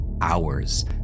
hours